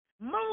Move